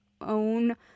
own